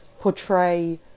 portray